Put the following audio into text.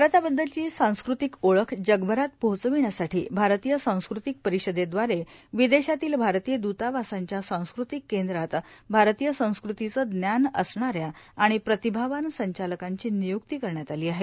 भारताबद्दलची सांस्कृतिक ओळख जगभरात पोहोचण्यासाठी भारतीय सांस्कृतिक परिषदेदवारे विदेशातील भारतीय दुतावासांच्या सांस्कृतिक केंद्रात भारतीय संस्कृतीचे ज्ञान असणा या आणि प्रतिभावान संचालकांची निय्क्ती करण्यात आली आहे